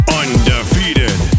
undefeated